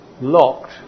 locked